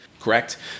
Correct